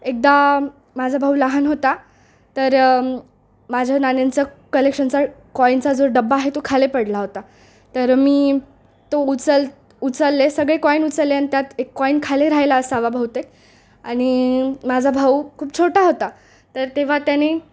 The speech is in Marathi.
एकदा माझा भाऊ लहान होता तर माझ्या नाण्यांचं कलेक्शनचा कॉईनचा जो डब्बा आहे तो खाली पडला होता तर मी तो उचल उचलले सगळे कॉईन उचलले आणि त्यात एक कॉईन खाली राहिला असावा बहुतेक आणि माझा भाऊ खूप छोटा होता तर तेव्हा त्याने